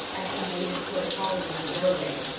as she waded toward polly in the doorway.